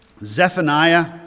Zephaniah